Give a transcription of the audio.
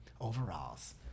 overalls